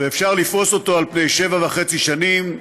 ואפשר לפרוס אותו על פני שבע וחצי שנים,